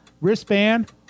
wristband